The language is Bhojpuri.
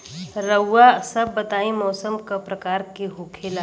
रउआ सभ बताई मौसम क प्रकार के होखेला?